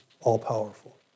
all-powerful